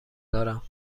دارم